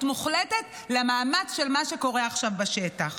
מוחלטת למאמץ של מה שקורה עכשיו בשטח.